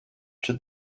czy